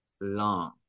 long